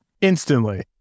instantly